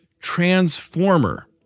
transformer